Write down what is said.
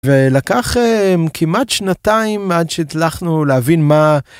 ולקח כמעט שנתיים עד שהצלחנו להבין מה.